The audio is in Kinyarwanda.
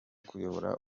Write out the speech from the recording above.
kuyobora